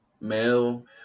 male